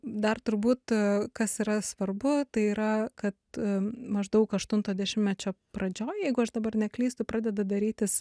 dar turbūt kas yra svarbu tai yra kad maždaug aštunto dešimtmečio pradžioj jeigu aš dabar neklystu pradeda darytis